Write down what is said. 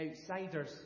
outsiders